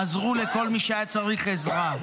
עזרו לכל מי שהיה צריך עזרה.